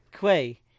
Quay